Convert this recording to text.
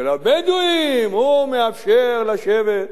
ולבדואים הוא מאפשר לשבת.